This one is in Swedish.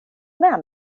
med